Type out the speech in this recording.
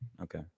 Okay